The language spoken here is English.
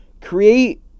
Create